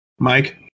Mike